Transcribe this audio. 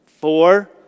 Four